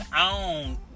own